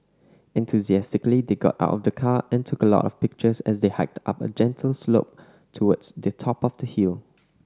enthusiastically they got out of the car and took a lot of pictures as they hiked up a gentle slope towards the top of the hill